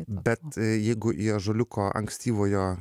bet jeigu į ąžuoliuko ankstyvojo